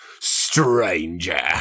stranger